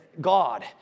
God